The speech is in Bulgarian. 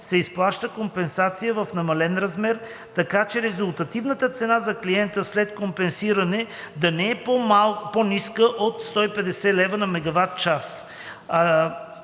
се изплаща компенсация в намален размер, така че резултативната цена на клиента след компенсиране да не е по-ниска от 200 лв./MWh.“